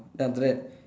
then after that